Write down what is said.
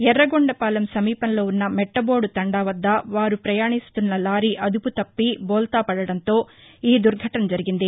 యార్రగొండపాలెం సమీపంలో ఉన్న మెట్లబోదు తండా వద్ద వారు ప్రయాణీస్తున్న లారీ అదుపు తప్పి బోల్తాపడడంతో ఈ దుర్ఘటన జరిగింది